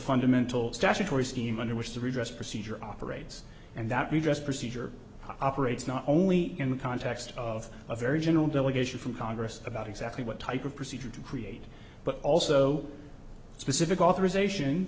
fundamental statutory scheme under which the redress procedure operates and that redress procedure operates not only in the context of a very general delegation from congress about exactly what type of procedure to create but also specific authorization